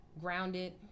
grounded